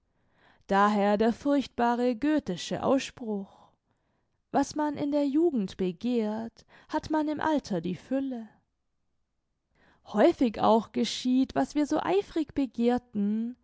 daher der furchtbare göthe'sche ausspruch was man in der jugend begehrt hat man im alter die fülle häufig auch geschieht was wir so eifrig begehrten